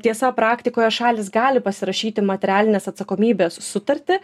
tiesa praktikoje šalys gali pasirašyti materialinės atsakomybės sutartį